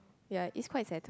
ya it is quite sad